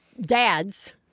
dads